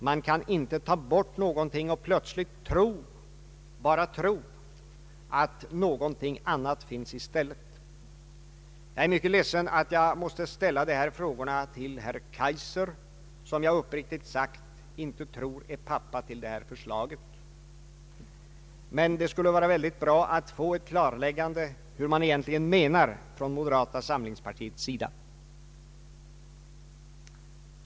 Man kan inte ta bort någonting och bara tro att någonting annat plötsligt finns i stället. Jag är mycket ledsen att jag måste ställa de här frågorna till herr Kaijser, som jag uppriktigt sagt inle tror är pappa till förslaget, men det skulle vara väldigt bra att få ett klarläggande av hur man egentligen menar från moderata samlingspartiets sida.